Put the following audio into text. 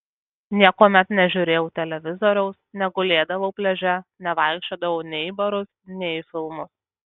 niekuomet nežiūrėjau televizoriaus negulėdavau pliaže nevaikščiodavau nei į barus nei į filmus